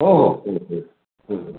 हो हो